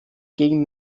gegen